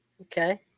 Okay